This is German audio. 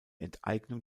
enteignung